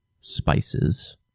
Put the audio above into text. spices